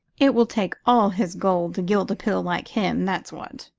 it will take all his gold to gild a pill like him, that's what,